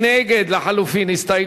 ומי נגד לחלופין?